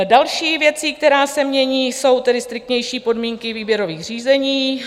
Další věcí, která se mění, jsou striktnější podmínky výběrových řízení.